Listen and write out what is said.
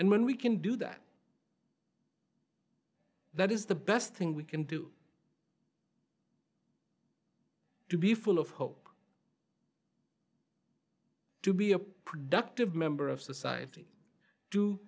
and when we can do that that is the best thing we can do to be full of hope to be a productive member of society